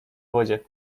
wodzie